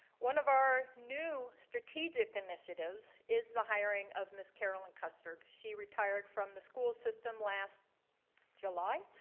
one of our new strategic initiatives is the hiring of miss carolyn custard. she retired from the school system last july,